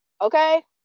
okay